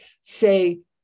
say